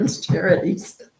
charities